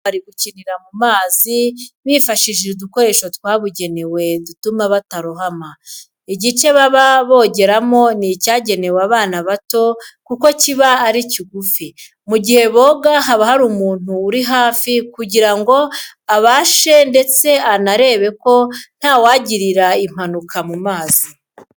Abana bato bari gukinira mu mazi bifashishije udukoresho twabugenewe dutuma batarohama, igice baba bogeramo ni icyagenewe abana bato kuko kiba ari kigufi, mu gihe boga haba hari umuntu uri hafi kugira ngo abafashe ndetse anareba ko ntawagirira impanuka mu mazi.